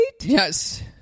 Yes